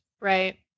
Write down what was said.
Right